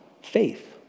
faith